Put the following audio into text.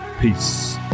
Peace